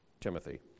Timothy